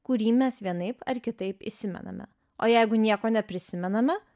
kurį mes vienaip ar kitaip įsimename o jeigu nieko neprisimename